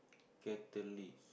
catalyst